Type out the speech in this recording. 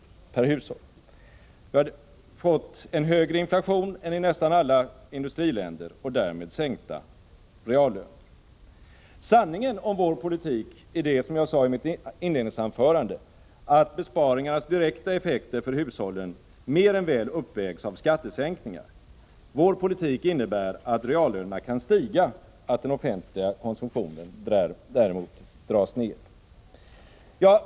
Sverige har fått en högre inflation än praktiskt taget alla andra industriländer, med sänkta reallöner som följd. Sanningen om vår politik är vad jag sade i mitt inledningsanförande, att besparingarnas direkta effekter för hushållen mer än väl uppvägs av skattesänkningar. Vår politik innebär att reallönerna kan stiga, men att den offentliga konsumtionen dras ned.